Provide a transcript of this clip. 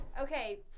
Okay